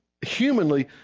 humanly